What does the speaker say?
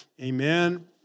Amen